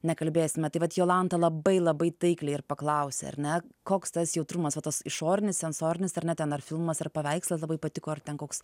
nekalbėsime tai vat jolanta labai labai taikliai ir paklausė ar ne koks tas jautrumas va tas išorinis sensorinis ar ne ten ar filmas ar paveikslas labai patiko ar ten koks